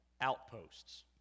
outposts